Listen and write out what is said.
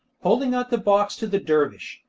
holding out the box to the dervish.